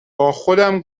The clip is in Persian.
باخودم